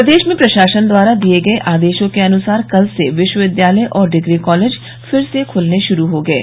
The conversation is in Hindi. प्रदेश में प्रशासन द्वारा दिये गये आदेशों के अनुसार कल से विश्वविद्यालय और डिग्री कॉलेज फिर से खुलने शुरू हो गये